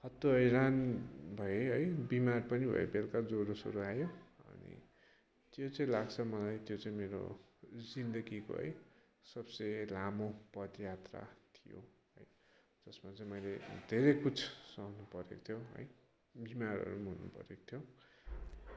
हत्तु हैरान भए है बिमार पनि भएँ बेलुका ज्वरो सरो आयो अनि त्यो चाहिँ लाग्छ मलाई त्यो चाहिँ मेरो जीन्दगीको है सबसे लामो पदयात्रा थियो है जसमा चाहिँ मैले धेरै कुछ सहनुपरेको थियो है बिमारहरू पनि हुन परेको थियो